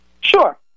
Sure